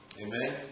Amen